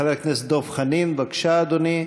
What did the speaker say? חבר הכנסת דב חנין, בבקשה, אדוני.